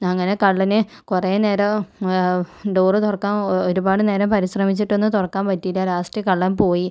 അങ്ങനെ കള്ളന് കുറെ നേരം ഡോറു തുറക്കാൻ ഒരുപാട് നേരം പരിശ്രമിച്ചിട്ടൊന്നും തുറക്കാൻ പറ്റിയില്ല ലാസ്റ്റ് കള്ളൻ പോയി